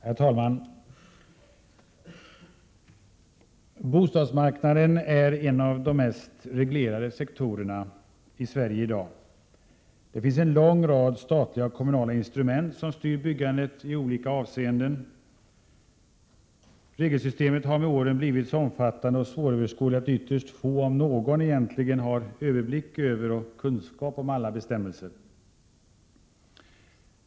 Herr talman! Bostadsmarknaden är en av de mest reglerade sektorerna i Sverige i dag. Det finns en lång rad statliga och kommunala instrument som styr byggandet i olika avseenden. Regelsystemet har med åren blivit så omfattande och svåröverskådligt att ytterst få — om någon — har överblick över och kunskap om alla bestämmelser.